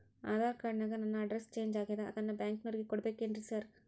Aadhaar card ನ್ಯಾಗ ನನ್ address change ಆಗ್ಯಾದ ಅದನ್ನ ಬ್ಯಾಂಕಿನೊರಿಗೆ ಕೊಡ್ಬೇಕೇನ್ರಿ ಸಾರ್?